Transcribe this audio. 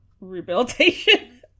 rehabilitation